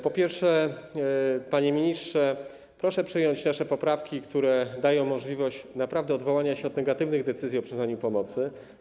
Po pierwsze, panie ministrze, proszę przyjąć nasze poprawki, które dają możliwość odwołania się od negatywnych decyzji o przyznaniu pomocy.